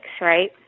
right